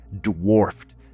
dwarfed